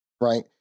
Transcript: right